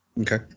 okay